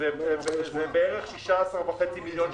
אין נמנעים,